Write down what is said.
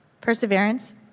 Perseverance